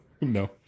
No